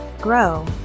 Grow